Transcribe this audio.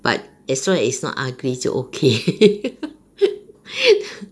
but as long as it's not ugly 就 okay